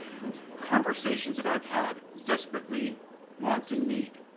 from conversations that i've had, desperately want and need.